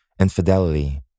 infidelity